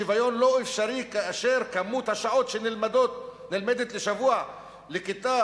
שוויון לא אפשרי כאשר כמות השעות שנלמדת לשבוע לכיתה